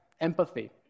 empathy